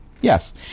Yes